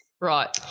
Right